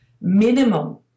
minimum